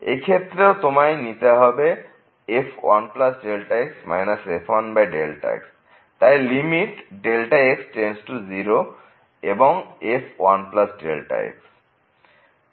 এই ক্ষেত্রেও তোমায় নিতে হবে f 1x f1x তাই লিমিট x→0 এবং f 1x